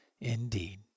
Indeed